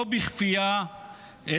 לא בכפייה,